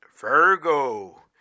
Virgo